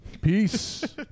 Peace